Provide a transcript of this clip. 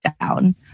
down